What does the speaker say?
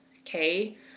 okay